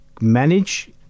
manage